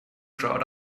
crowd